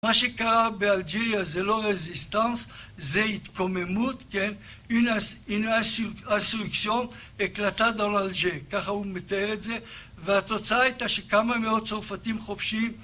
מה שקרה באלג'יריה זה לא רזיסטנס, זה התקוממות, כן? אינה אסריקשון, אקלטה דונלג'ה, ככה הוא מתאר את זה. והתוצאה הייתה שכמה מאות צרפתים חופשיים...